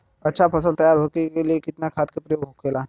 अच्छा फसल तैयार होके के लिए कितना खाद के प्रयोग होला?